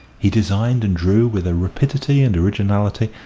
he designed and drew with a rapidity and originality,